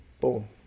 Boom